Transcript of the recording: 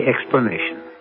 explanation